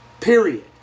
Period